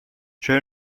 چرا